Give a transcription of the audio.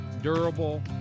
durable